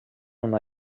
una